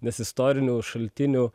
nes istorinių šaltinių